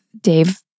Dave